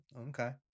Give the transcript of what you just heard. okay